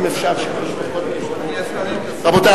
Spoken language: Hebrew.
רבותי,